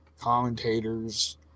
commentators